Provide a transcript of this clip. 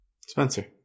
Spencer